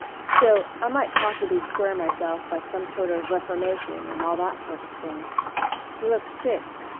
still i might possibly square myself by some sort of reformation and all that sort of thing he looked sick,